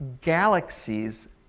galaxies